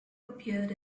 appeared